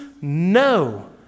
No